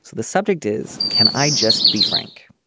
so the subject is can i just be frank.